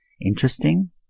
interesting